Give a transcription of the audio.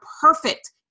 perfect